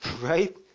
Right